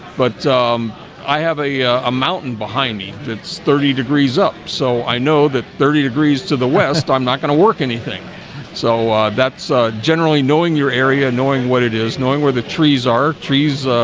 but i have a ah mountain behind me, that's thirty degrees up so i know that thirty degrees to the west. i'm not gonna work anything so that's generally knowing your area knowing what it is knowing where the trees are trees.